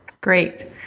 Great